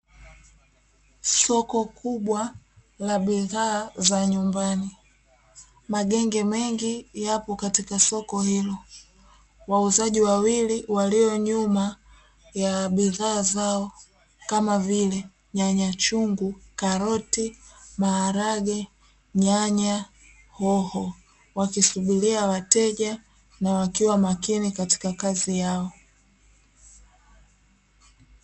Soko kubwa la bidhaa za nyumbani magenge mengi yapo katika soko hilo wauzaji wawili walio nyuma ya bidhaa zao kama vile nyanya chungu, karoti, maharage, nyanya, hoho wakisubiria wateja na wakiwa makini katika kazi yao.